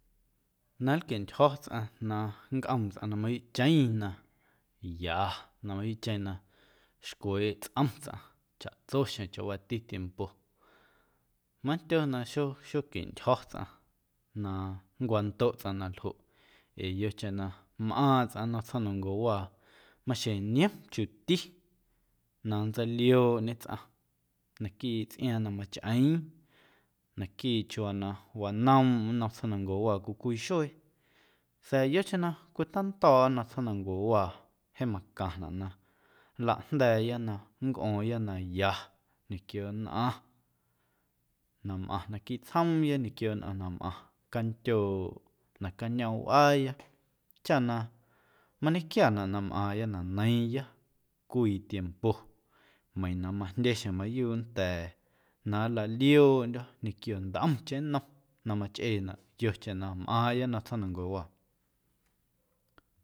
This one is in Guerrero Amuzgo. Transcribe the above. Na nlquieꞌntyjo̱ tsꞌaⁿ na nncꞌoom tsꞌaⁿ na mayuuꞌcheⁿ na ya na mayuuꞌcheⁿ na xcueeꞌ tsꞌom tsꞌaⁿ chaꞌtso xjeⁿ chawaati tiempo mandyo na xo xoquintyjo̱ tsꞌaⁿ na nncwandoꞌ tsꞌaⁿ na ljoꞌ ee yocheⁿ na mꞌaaⁿ nnom tsjoomnancuewaa maxjeⁿ niom chiuuti na nntseiliooꞌñe tsꞌaⁿ naquiiꞌ tsꞌiaaⁿ na machꞌeeⁿ, naquiiꞌ chiuuwaa na wanoomꞌm nnom tsjoomnancuewaa cwii cwii xuee sa̱a̱ yocheⁿ na cwitando̱o̱ꞌa nnom tsjoomnancuewaa jeeⁿ macaⁿnaꞌ na nljajnda̱a̱ya na nncꞌo̱o̱ⁿya na ya ñequio nnꞌaⁿ na mꞌaⁿ naquiiꞌ tsjoomya, ñequio nnꞌaⁿ na mꞌaⁿ candyooꞌ nacañoomꞌ wꞌaaya chaꞌ na mañequiaanaꞌ na mꞌaaⁿya na neiiⁿya cwii tiempo meiiⁿ na majndye xjeⁿ mayuuꞌ nnda̱a̱ na nlaliooꞌndyo̱ ñequio ntꞌomcheⁿ nnom na machꞌeenaꞌ yocheⁿ na mꞌaaⁿya nnom tsjoomnancuewaa.